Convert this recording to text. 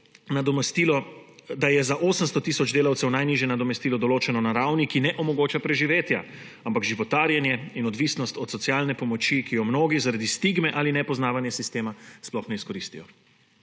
ampak da je za 800 tisoč delavcev najnižje nadomestilo določeno na ravni, ki ne omogoča preživetja, ampak životarjenje in odvisnost od socialne pomoči, ki jo mnogi zaradi stigme ali nepoznavanja sistema sploh ne izkoristijo.